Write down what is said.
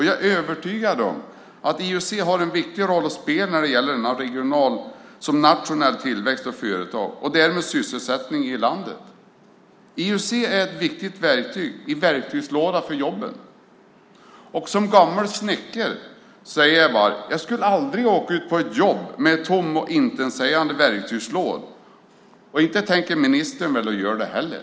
Jag är övertygad om att IUC har en viktig roll att spela när det gäller såväl den regionala som den nationella tillväxten av företag och därmed sysselsättning i landet. IUC är ett viktigt verktyg i verktygslådan för jobben. Som gammal snickare säger jag bara att jag aldrig skulle åka ut på ett jobb med en tom och intetsägande verktygslåda. Inte tänker väl ministern göra det heller?